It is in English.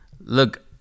look